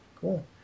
cool